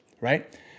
right